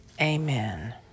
Amen